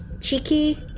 cheeky